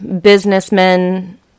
businessmen